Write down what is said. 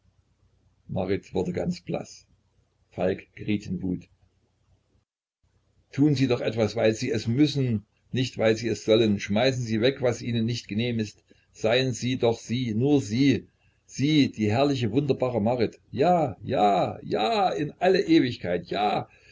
marit wurde ganz blaß falk geriet in wut tun sie doch etwas weil sie es müssen nicht weil sie es sollen schmeißen sie weg was ihnen nicht genehm ist seien sie doch sie nur sie sie die herrliche wunderbare marit ja ja ja in alle ewigkeit ja